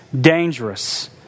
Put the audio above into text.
dangerous